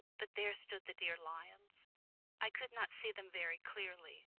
but there stood the dear lions i could not see them very clearly,